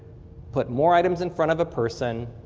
put more items in front of a person,